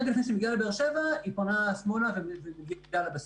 רגע לפני שהיא מגיעה לבאר שבע היא פונה שמאלה ומגיעה לבסיס.